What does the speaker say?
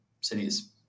cities